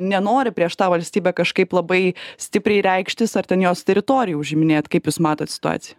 nenori prieš tą valstybę kažkaip labai stipriai reikštis ar ten jos teritoriją užiminėt kaip jūs matot situaciją